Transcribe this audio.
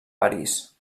parís